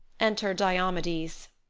enter diomedes